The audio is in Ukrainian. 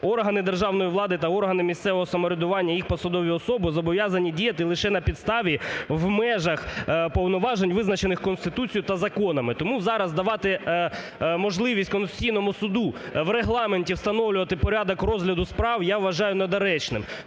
органи державної влади та органи місцевого самоврядування і їх посадові особи зобов'язані діяти лише на підставі в межах повноважень визначених Конституцією та законами тому зараз давати можливість Конституційному суду в регламенті встановлювати порядок розгляду справ, я вважаю, недоречним.